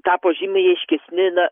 tapo žymiai aiškesni na